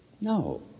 No